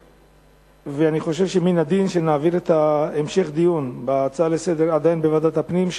ואני חושב שמן הדין שנעביר את המשך הדיון בהצעה לסדר-היום לוועדת הפנים,